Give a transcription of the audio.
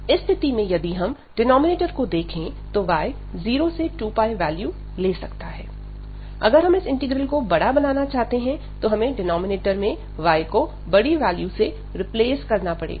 इस स्थिति में यदि हम डिनॉमिनेटर को देखें तो y 0 से 2 वैल्यू ले सकता है अगर हम इस इंटीग्रल को बड़ा बनाना चाहते हैं तो हमें डिनॉमिनेटर में y को बड़ी वैल्यू से रिप्लेस करना पड़ेगा